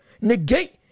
negate